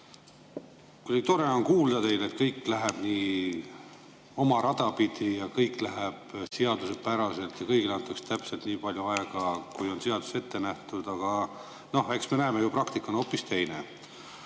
Kuidagi tore on kuulda teid, et kõik läheb nii oma rada pidi ja kõik läheb seadusepäraselt ja kõigile antakse täpselt nii palju aega, kui on seaduses ette nähtud. Aga noh, eks me näeme ju, et praktika on hoopis teine.